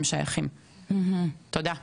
תודה רבה,